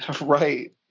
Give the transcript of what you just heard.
right